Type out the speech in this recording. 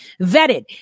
vetted